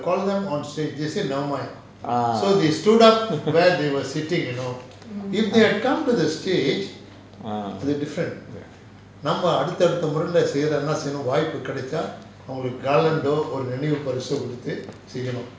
ah